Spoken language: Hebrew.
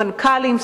מנכ"לים,